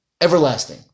everlasting